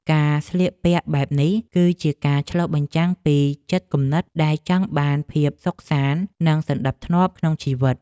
ការស្លៀកពាក់បែបនេះ គឺជាការឆ្លុះបញ្ចាំងពីចិត្តគំនិតដែលចង់បានភាពសុខសាន្តនិងសណ្តាប់ធ្នាប់ក្នុងជីវិត។